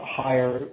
higher